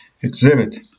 exhibit